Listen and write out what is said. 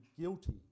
guilty